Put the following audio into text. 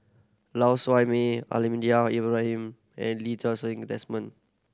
Lau Siew Mei Almahdi Al Ibrahim and Lee Ti Seng Desmond